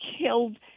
killed